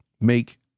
make